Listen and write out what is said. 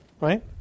right